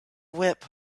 whip